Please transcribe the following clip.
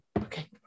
Okay